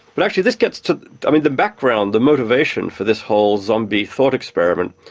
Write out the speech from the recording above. but actually this gets to the background, the motivation for this whole zombie thought experiment,